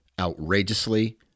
outrageously